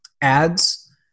ads